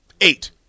Eight